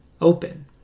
open